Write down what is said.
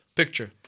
picture